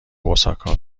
اوساکا